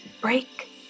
Break